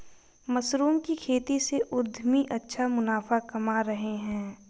mushroom की खेती से उद्यमी अच्छा मुनाफा कमा रहे हैं